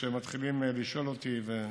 כשמתחילים לשאול אותי את זה.